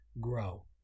grow